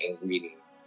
ingredients